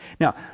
Now